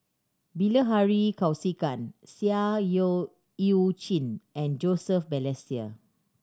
Bilahari Kausikan Seah Yu Eu Chin and Joseph Balestier